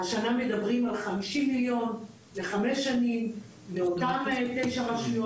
השנה מדברים על 5,000,000 לחמש שנים לאותן תשע רשויות.